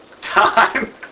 time